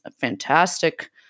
fantastic